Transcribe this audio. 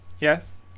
Yes